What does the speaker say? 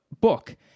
book